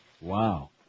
Wow